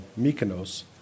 Mykonos